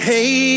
Hey